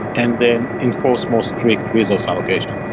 and then enforce most strict resource allocations.